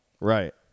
Right